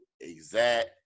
exact